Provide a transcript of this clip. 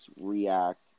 react